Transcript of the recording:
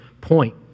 point